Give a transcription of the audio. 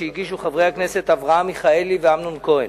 שהגישו חברי הכנסת אברהם מיכאלי ואמנון כהן.